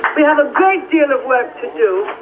we have a great deal of work,